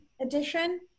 edition